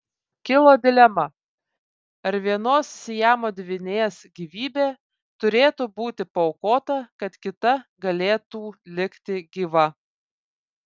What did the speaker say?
kilo dilema ar vienos siamo dvynės gyvybė turėtų būti paaukota kad kita galėtų likti gyva